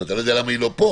אני לא יודע למה היא לא פה.